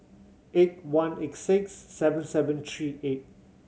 eight one eight six seven seven three eight